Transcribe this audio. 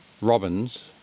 robins